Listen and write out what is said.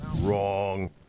Wrong